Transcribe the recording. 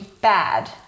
bad